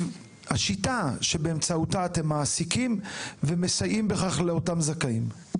השיטה שבאמצעותה אתם מעסיקים ומסייעים בכך לאותם זכאים.